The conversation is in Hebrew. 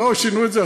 שינו את זה,